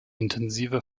intensive